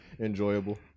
enjoyable